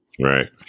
right